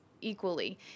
equally